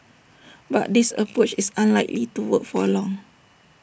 but this approach is unlikely to work for long